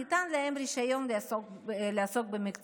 ניתן להם רישיון לעסוק במקצוע.